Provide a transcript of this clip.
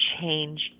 change